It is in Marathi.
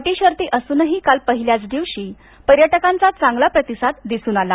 अटी शर्ती असूनही काल पहिल्याच दिवशी पर्यटकांचा चांगला प्रतिसाद दिसून आला